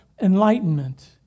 enlightenment